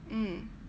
mm